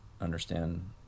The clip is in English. understand